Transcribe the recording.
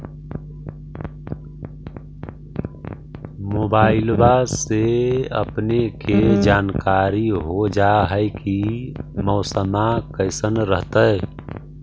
मोबाईलबा से अपने के जानकारी हो जा है की मौसमा कैसन रहतय?